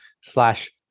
slash